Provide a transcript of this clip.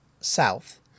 south